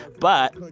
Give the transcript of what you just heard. but,